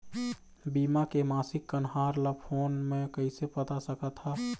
बीमा के मासिक कन्हार ला फ़ोन मे कइसे पता सकत ह?